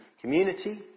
community